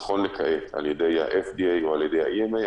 נכון לעכשיו, על ידי ה-FDA או על ידי ה-EMA.